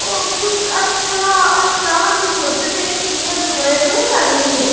ओ कुत अच्छा अस तां गै सोचन एह् कि'यां पटोएआ तुस आ दे हे